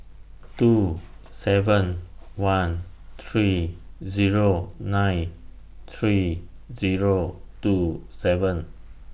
two seven one three Zero nine three Zero two seven